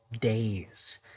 days